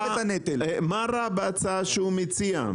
מה רע בהצעה שהוא מציע,